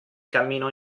camminò